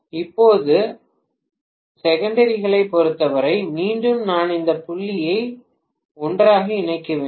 இப்போது செகண்டரிகளைப் பொருத்தவரை மீண்டும் நான் இந்த புள்ளியையும் இந்த புள்ளியையும் ஒன்றாக இணைக்க வேண்டும்